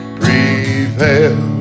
prevail